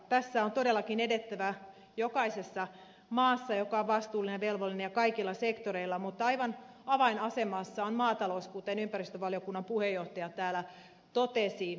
tässä on todellakin edettävä jokaisessa maassa joka on vastuullinen ja velvollinen ja kaikilla sektoreilla mutta aivan avainasemassa on maatalous kuten ympäristövaliokunnan puheenjohtaja täällä totesi